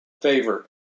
favor